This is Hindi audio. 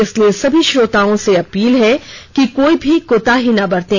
इसलिए सभी श्रोताओं से अपील है कि कोई भी कोताही ना बरतें